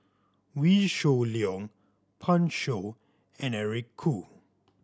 Wee Shoo Leong Pan Shou and Eric Khoo